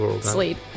Sleep